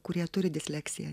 kurie turi disleksiją